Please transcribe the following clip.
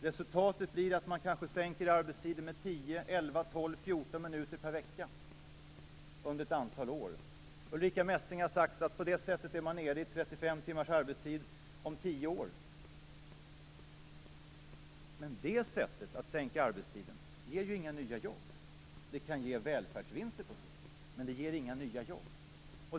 Resultatet blir att man sänker arbetstiden med 10, 11, 12 eller 14 minuter per vecka under ett antal år. Ulrica Messing har sagt att man på det sättet är nere i 35 timmars arbetstid om tio år. Men det sättet att sänka arbetstiden ger inga nya jobb. Det kan ge välfärdsvinster på sikt, men det ger inga nya jobb.